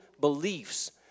beliefs